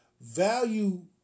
value